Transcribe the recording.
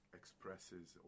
expresses